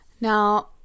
Now